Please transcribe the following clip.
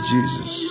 Jesus